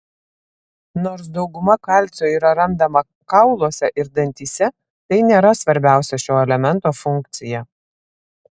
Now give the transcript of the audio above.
nors dauguma kalcio yra randama kauluose ir dantyse tai nėra svarbiausia šio elemento funkcija